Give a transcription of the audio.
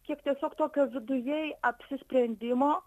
kiek tiesiog tokio viduje apsisprendimo